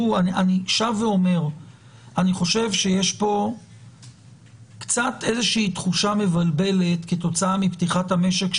אני חושב שיש פה קצת תחושה מבלבלת כתוצאה מפתיחת המשק,